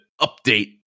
update